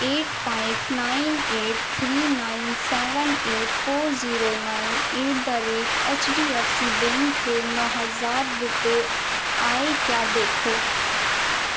at five nine eight three nine seven eight four zero nine at the rate H D F C bank سے نو ہزار روپے آئے کیا دیکھو